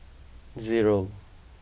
zero